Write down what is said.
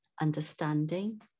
understanding